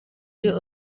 iyo